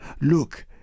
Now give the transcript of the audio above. Look